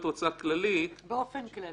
תודה רבה, באופן כללי.